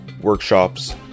workshops